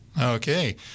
Okay